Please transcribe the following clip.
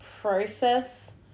process